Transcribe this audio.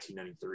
1993